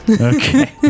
Okay